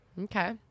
Okay